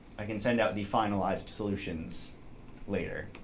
i can send out the finalized solutions later.